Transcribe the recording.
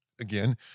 again